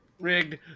Rigged